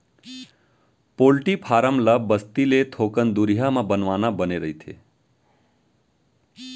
poultry farm ल बस्ती ले थोकन दुरिहा म बनवाना बने रहिथे